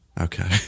Okay